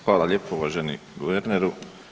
Hvala lijepo uvaženi guverneru.